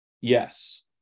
Yes